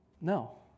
No